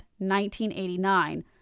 1989